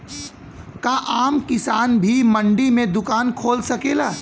का आम किसान भी मंडी में दुकान खोल सकेला?